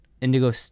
Indigo